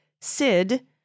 Sid